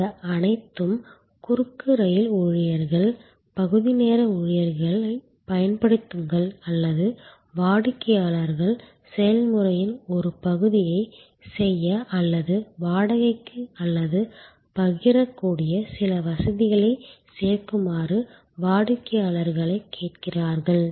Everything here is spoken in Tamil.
இவை அனைத்தும் குறுக்கு ரயில் ஊழியர்கள் பகுதி நேர ஊழியர்களைப் பயன்படுத்துங்கள் அல்லது வாடிக்கையாளர்கள் செயல்முறையின் ஒரு பகுதியைச் செய்ய அல்லது வாடகைக்கு அல்லது பகிரக்கூடிய சில வசதிகளைச் சேர்க்குமாறு வாடிக்கையாளர்களைக் கேட்கிறார்கள்